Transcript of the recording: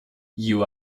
you